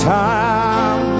time